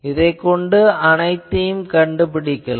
இதைக் கொண்டு அனைத்தையும் கண்டுபிடிக்கலாம்